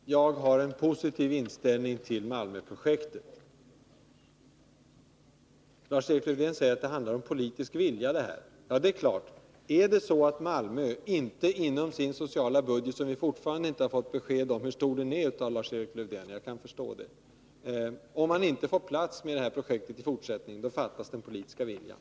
Herr talman! Jag har en positiv inställning till Malmöprojektet. Lars-Erik Lövdén säger att det här handlar om politisk vilja. Är det så att Malmö inte inom sin sociala budget — om vars storlek vi fortfarande inte har fått besked av Lars-Erik Lövdén, och det förstår jag — får plats med det här projektet i fortsättningen, då fattas den politiska viljan.